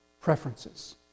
preferences